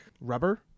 rubber